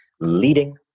leading